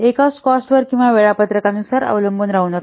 एकाच कॉस्ट वर किंवा वेळापत्रकानुसार अवलंबून राहू नका